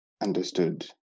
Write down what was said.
understood